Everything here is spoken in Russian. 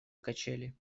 качели